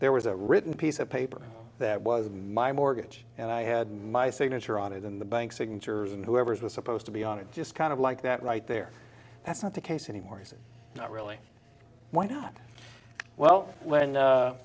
there was a written piece of paper that was a million mortgage and i had my signature on it in the bank signatures and whoever's was supposed to be on it just kind of like that right there that's not the case anymore is it really why not well when